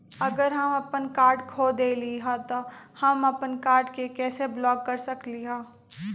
अगर हम अपन कार्ड खो देली ह त हम अपन कार्ड के कैसे ब्लॉक कर सकली ह?